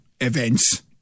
events